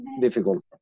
Difficult